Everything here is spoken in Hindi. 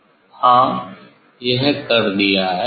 हाँ यह कर दिया है